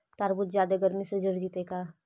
तारबुज जादे गर्मी से जर जितै का?